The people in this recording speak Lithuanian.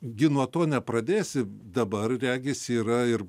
gi nuo to nepradėsi dabar regis yra ir